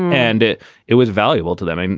and it it was valuable to them.